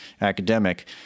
academic